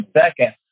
Second